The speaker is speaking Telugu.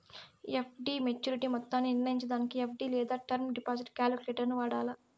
ఎఫ్.డి మోచ్యురిటీ మొత్తాన్ని నిర్నయించేదానికి ఎఫ్.డి లేదా టర్మ్ డిపాజిట్ కాలిక్యులేటరును వాడాల